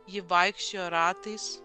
ji vaikščiojo ratais